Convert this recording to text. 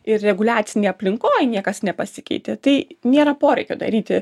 ir reguliacinėj aplinkoj niekas nepasikeitė tai nėra poreikio daryti